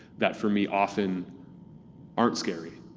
that for me often aren't scary.